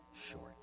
short